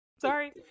sorry